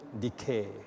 decay